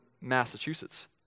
Massachusetts